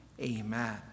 Amen